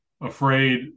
afraid